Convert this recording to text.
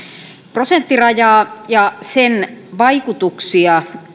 prosenttirajaa ja sen vaikutuksia